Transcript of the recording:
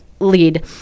lead